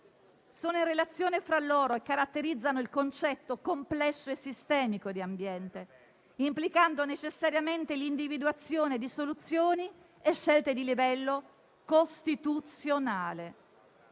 e in relazione fra loro e caratterizzano il concetto complesso e sistemico di ambiente, implicando necessariamente l'individuazione di soluzioni e scelte di livello costituzionale.